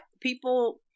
people